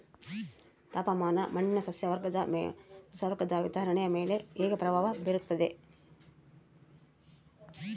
ತಾಪಮಾನ ಮಣ್ಣಿನ ಸಸ್ಯವರ್ಗದ ವಿತರಣೆಯ ಮೇಲೆ ಹೇಗೆ ಪ್ರಭಾವ ಬೇರುತ್ತದೆ?